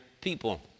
people